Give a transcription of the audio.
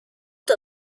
the